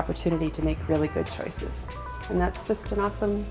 opportunity to make really good choices and that's just an awesome